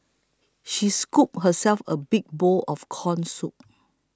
she scooped herself a big bowl of Corn Soup